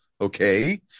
okay